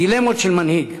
דילמות של מנהיג,